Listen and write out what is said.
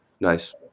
Nice